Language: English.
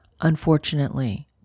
Unfortunately